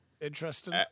Interesting